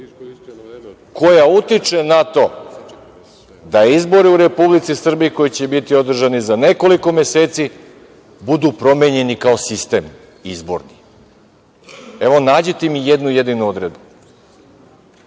koja utiče na to da izbori u Republici Srbiji održani za nekoliko meseci, budu promenjeni kao sistem izborni. Evo, nađite mi jednu jedinu